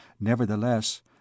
Nevertheless